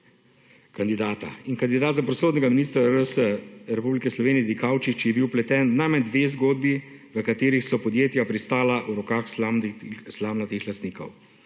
kandidata in kandidat za pravosodnega ministra RS (Republike Slovenije) Dikaučič je bil vpleten v najmanj dve zgodbi, v katerih so podjetja pristala v rokah slamnatih lastnikov.